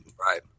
Right